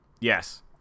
yes